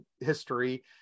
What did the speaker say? history